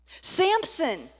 Samson